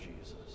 Jesus